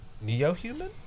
Neo-human